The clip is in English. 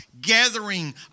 gathering